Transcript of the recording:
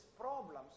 problems